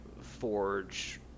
forge